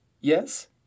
yes